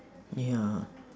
ya